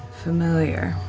familiar?